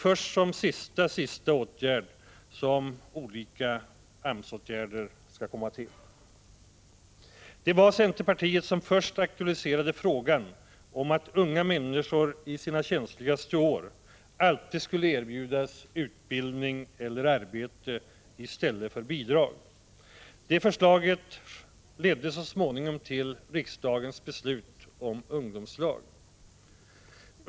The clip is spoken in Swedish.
Först som sista åtgärd kommer arbeten i form av olika AMS åtgärder. Det var centerpartiet som först aktualiserade att unga människor i sina känsligaste år alltid skall erbjudas utbildning eller arbete i stället för bidrag. Detta förslag ledde så småningom till riksdagens beslut om ungdomslag.